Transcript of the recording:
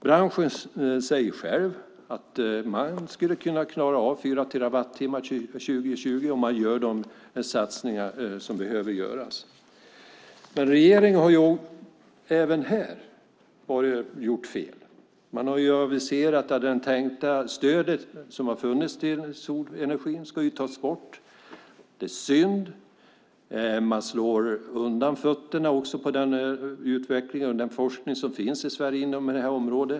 Branschen säger att man skulle kunna klara av fyra terawattimmar 2020 om man gör de satsningar som behöver göras. Men även här har regeringen gjort fel. Man har aviserat att det stöd som funnits för solenergi ska tas bort. Det är synd. Man slår undan fötterna på den utveckling och forskning som finns i Sverige på detta område.